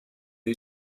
you